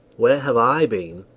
where have i been!